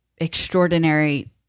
extraordinary